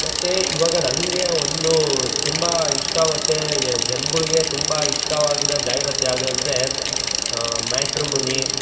ಮತ್ತು ಇವಾಗ ನನಗೆ ಒಂದು ತುಂಬ ಇಷ್ಟ ಮತ್ತು ಜನ್ಗಳ್ಗೆ ತುಂಬ ಇಷ್ಟವಾಗಿದ್ದ ಜಾಹೀರಾತು ಯಾವುದಂದ್ರೆ ಮ್ಯಾಟ್ರುಮುನಿ